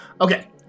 Okay